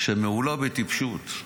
שמהולה בטיפשות.